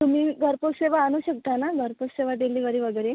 तुम्ही घरपोच सेवा आणू शकता ना घरपोच सेवा डिलिव्हरी वगैरे